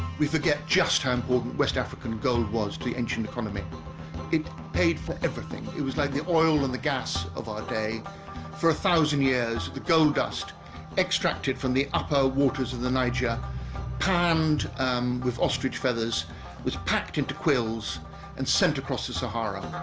we forget just how important west african gold was to the ancient economy it paid for everything it was like the oil and the gas of our day for a thousand years the gold dust extracted from the upper waters of the niger panned with ostrich feathers was packed into quills and sent across the sahara